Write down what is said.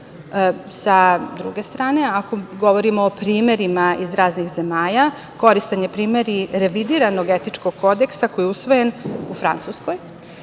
druge strane, ako govorimo o primerima iz raznih zemalja, koristan je primer i revidiran Etičkog kodeksa, koji je usvojen u Francuskoj.